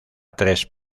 tres